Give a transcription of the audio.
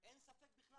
אין ספק.